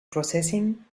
processing